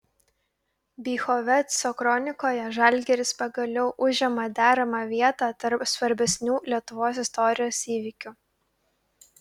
bychoveco kronikoje žalgiris pagaliau užima deramą vietą tarp svarbesnių lietuvos istorijos įvykių